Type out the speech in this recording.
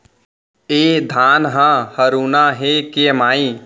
ए धान ह हरूना हे के माई?